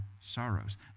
sorrows